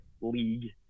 league